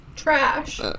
trash